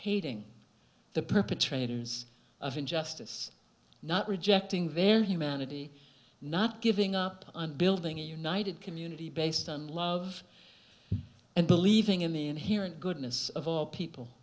hating the perpetrators of injustice not rejecting their humanity not giving up on building a united community based on love and believing in the inherent goodness of our people